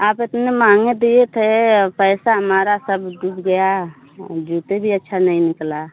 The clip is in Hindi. आप इतने महँगे दिए थे पैसा हमारा सब डूब गया जूते भी अच्छा नहीं निकला